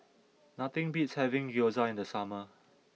nothing beats having Gyoza in the summer